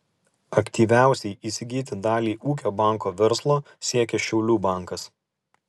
aktyviausiai įsigyti dalį ūkio banko verslo siekia šiaulių bankas